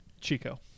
Chico